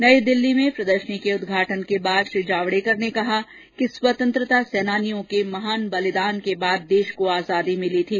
नई दिल्ली में प्रदर्शनी के उदघाटन के बाद श्री जावडेकर ने कहा कि स्वतंत्रता सेनानियों के महान बलिदान के बाद देश को आजादी मिली थी